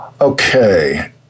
Okay